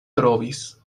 trovis